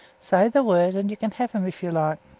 say the word, and you can have them, if you like.